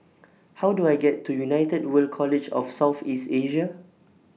How Do I get to United World College of South East Asia